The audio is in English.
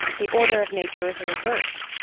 the order of nature is reversed,